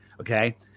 Okay